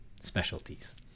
specialties